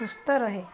ସୁସ୍ଥ ରହେ